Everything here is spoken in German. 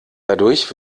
dadurch